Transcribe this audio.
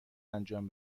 انجام